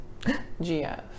GF